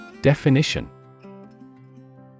Definition